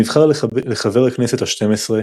הוא נבחר לחבר הכנסת ה-12,